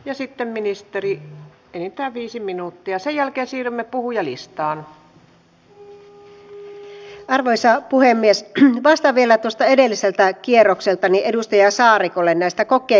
ja sitten ministeri enintään viisi minuuttia sen jälkeen valitettavasti ensi vuodelle ei ole vielä toista edelliseltä kierrokselta oli edustajansa oli kullenneista kokee